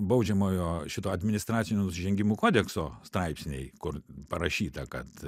baudžiamojo šito administracinių nusižengimų kodekso straipsniai kur parašyta kad